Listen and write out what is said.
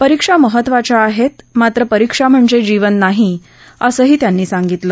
परीक्षा महत्वाच्या आहेत पण परीक्षा म्हणजे जीवन नाही असंही त्यांनी सांगितलं